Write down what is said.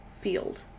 field